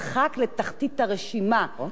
גם כאשר יש פירוק,